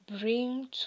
bring